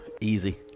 easy